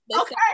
okay